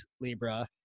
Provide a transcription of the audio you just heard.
libra